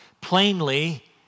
plainly